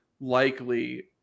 likely